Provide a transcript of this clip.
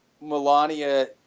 Melania